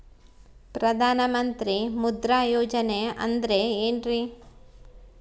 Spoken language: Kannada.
ಪ್ರಧಾನ ಮಂತ್ರಿ ಮುದ್ರಾ ಯೋಜನೆ ಅಂದ್ರೆ ಏನ್ರಿ?